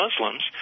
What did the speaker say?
Muslims